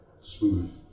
smooth